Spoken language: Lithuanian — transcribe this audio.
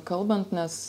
kalbant nes